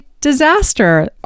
Disaster